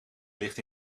ligt